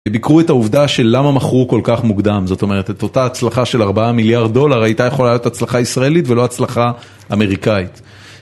וביקרו את העובדה של למה מכרו כל כך מוקדם, זאת אומרת, את אותה הצלחה של 4 מיליארד דולר הייתה יכולה להיות הצלחה ישראלית ולא הצלחה אמריקאית.